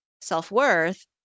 self-worth